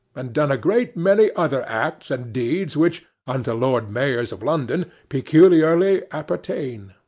and done a great many other acts and deeds which unto lord mayors of london peculiarly appertain.